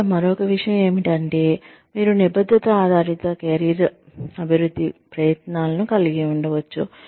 ఇక్కడ మరొక విషయం ఏమిటంటే మీరు నిబద్ధత ఆధారిత కెరీర్ అభివృద్ధి ప్రయత్నాలను కలిగి ఉండవచ్చు